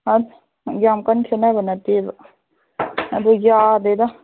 ꯑ ꯌꯥꯝ ꯀꯟ ꯈꯦꯠꯅꯕ ꯅꯠꯇꯦꯕ ꯑꯗꯨ ꯌꯥꯗꯦꯗ